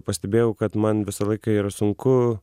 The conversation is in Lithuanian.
pastebėjau kad man visą laiką yra sunku